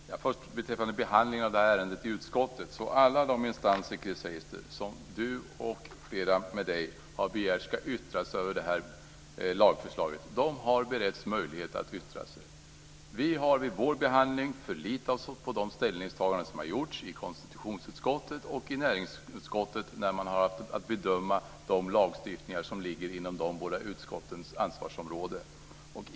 Herr talman! Beträffande behandlingen av ärendet i utskottet vill jag säga följande. Alla de instanser som Chris Heister och flera med henne har begärt ska yttra sig över lagförslaget har beretts möjlighet att yttra sig. Vi har vid vår behandling förlitat oss på de ställningstaganden som har gjorts i konstitutionsutskottet och näringsutskottet, när man har haft att bedöma de lagstiftningar som ligger inom de båda utskottens ansvarsområden.